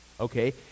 Okay